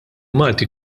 malti